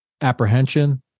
apprehension